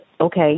okay